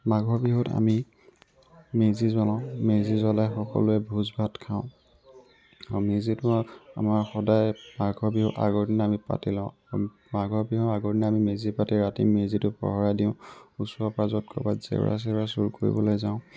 মাঘৰ বিহুত আমি মেজি জ্বলাওঁ মেজি জ্বলাই সকলোৱে ভোজ ভাত খাওঁ আৰু মেজিত আমাৰ সদায় মাঘৰ বিহুৰ আগৰ দিনা পাতি লওঁ মাঘৰ বিহুৰ আগৰ দিনা মেজি পাতি ৰাতি মেজিটো পহৰা দিওঁ ওচৰ পাঁজৰত ক'ৰবাত জেউৰা চেউৰা চোৰ কৰিবলৈ যাওঁ